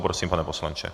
Prosím, pane poslanče.